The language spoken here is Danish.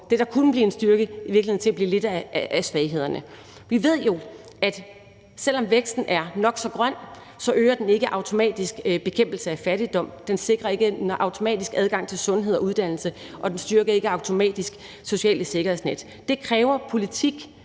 det, der kunne blive en styrke, i virkeligheden lidt bliver en af svaghederne. Vi ved jo, at selv om væksten er nok så grøn, øger den ikke automatisk bekæmpelsen af fattigdom, den sikrer ikke automatisk adgang til sundhed og uddannelse, og den styrker ikke automatisk sociale sikkerhedsnet. Det kræver politik,